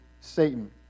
Satan